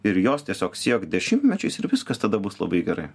ir jos tiesiog siekt dešimtmečiais ir viskas tada bus labai gerai